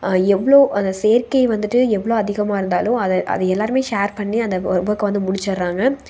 எவ்வளோ அந்த செயற்கை வந்துட்டு எவ்வளோ அதிகமாக இருந்தாலும் அத அதை எல்லாருமே ஷேர் பண்ணி அந்த ஒர்க்கை வந்து முடிச்சிர்றாங்க